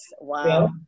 Wow